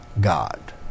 God